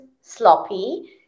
sloppy